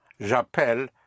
j'appelle